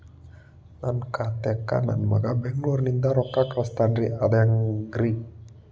ನನ್ನ ಖಾತಾಕ್ಕ ನನ್ನ ಮಗಾ ಬೆಂಗಳೂರನಿಂದ ರೊಕ್ಕ ಕಳಸ್ತಾನ್ರಿ ಅದ ಹೆಂಗ್ರಿ?